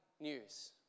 news